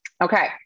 Okay